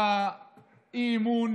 היה אי-אמון